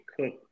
Cook